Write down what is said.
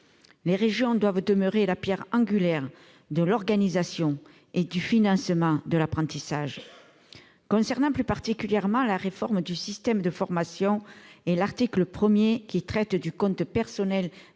Les régions doivent demeurer la pierre angulaire de l'organisation et du financement de l'apprentissage. J'en viens, plus particulièrement, à la réforme du système de formation, et à l'article 1, qui traite du compte personnel